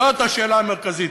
זאת השאלה המרכזית,